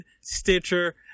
Stitcher